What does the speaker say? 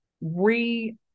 re